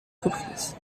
reprises